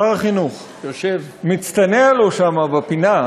שר החינוך, מצטנע לו שם בפינה.